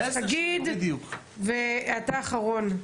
תגיד, ואתה אחרון.